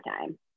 time